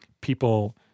People